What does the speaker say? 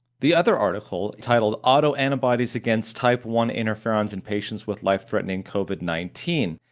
the other article titled autoantibodies against type one interferons in patients with life-threatening covid nineteen,